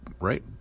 right